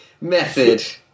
method